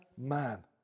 man